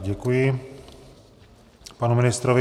Děkuji panu ministrovi.